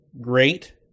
great